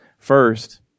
First